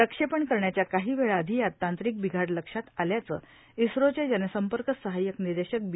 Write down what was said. प्रक्षेपण करण्याच्या काही वेळ आधी यात तांत्रिक बिधा लक्षात आल्याचं इस्रोचे जनसंपर्क सहाय्य निदेशक बी